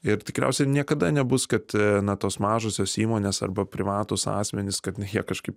ir tikriausiai niekada nebus kad na tos mažosios įmonės arba privatūs asmenys kad jie kažkaip